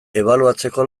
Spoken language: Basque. ebaluatzeko